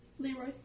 Leroy